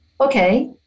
Okay